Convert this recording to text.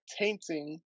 tainting